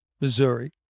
Missouri